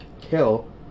kill